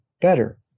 better